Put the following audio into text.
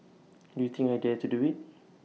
do you think I dare to do IT